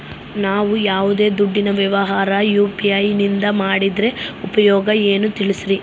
ನಾವು ಯಾವ್ದೇ ದುಡ್ಡಿನ ವ್ಯವಹಾರ ಯು.ಪಿ.ಐ ನಿಂದ ಮಾಡಿದ್ರೆ ಉಪಯೋಗ ಏನು ತಿಳಿಸ್ರಿ?